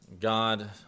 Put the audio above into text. God